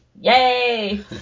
Yay